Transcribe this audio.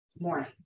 morning